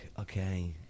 okay